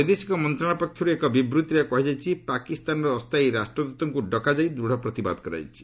ବୈଦେଶିକ ମନ୍ତ୍ରଣାଳୟ ପକ୍ଷରୁ ଏକ ବିବୃତ୍ତିରେ କୁହାଯାଇଛି ପାକିସ୍ତାନର ଅସ୍ଥାୟୀ ରାଷ୍ଟ୍ରଦୃତଙ୍କୁ ଡକାଯାଇ ଦୂଢ଼ ପ୍ରତିବାଦ କରାଯାଇଛି